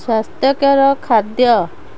ସ୍ୱାସ୍ଥ୍ୟକର ଖାଦ୍ୟ